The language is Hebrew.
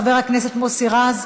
חבר הכנסת מוסי רז.